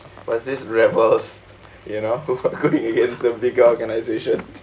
about these rebels you know who fought against the bigger organisations